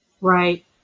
Right